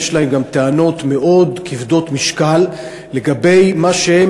יש להם גם טענות מאוד כבדות משקל לגבי מה שהם